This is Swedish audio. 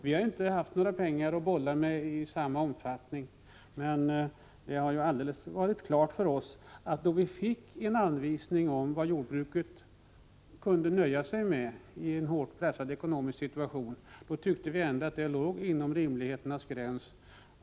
Vi har inte haft några pengar i den storleksordningen att bolla med. Men när det stod klart för oss vad jordbruket kunde nöja sig med i en hårt pressad ekonomisk situation, tyckte vi att kraven ändå låg inom rimlighetens gräns.